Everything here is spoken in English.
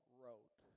wrote